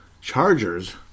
Chargers